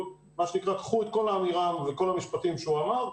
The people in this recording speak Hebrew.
קחו את האמירה ואת כל המשפטים שהוא אמר,